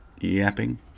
yapping